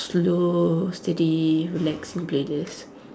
slow steady relaxing playlist